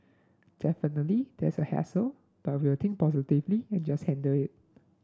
definitely there's a hassle but we will think positively and just handle it